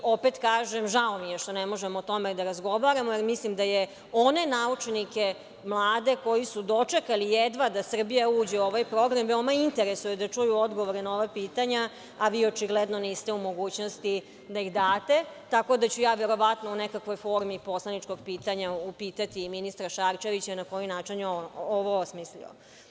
Opet kažem, žao mi je što ne možemo o tome da razgovaramo jer mislim da je one naučnike mlade, koji su dočekali jedva da Srbija uđe u ovaj program, veoma interesuje da čuju odgovore na ova pitanja, a vi očigledno niste u mogućnosti da ih date, tako da ću verovatno u nekakvoj formi poslaničkog pitanja upitati ministra Šarčevića na koji način je ovo osmislio.